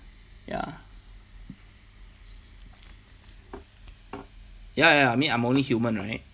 ya ya ya I mean I'm only human right